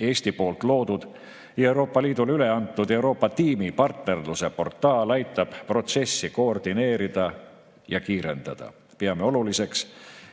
Eesti loodud ja Euroopa Liidule üleantud Euroopa tiimi partnerluse portaal aitab protsessi koordineerida ja kiirendada. Peame oluliseks,